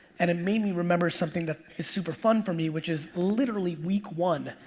and it made me remember something that is super fun for me, which is literally week one,